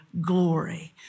glory